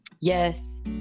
Yes